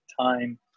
time